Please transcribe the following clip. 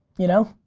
you know?